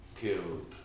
killed